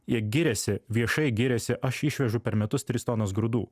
jie giriasi viešai giriasi aš išvežu per metus tris tonas grūdų